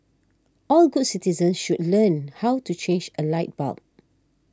all good citizens should learn how to change a light bulb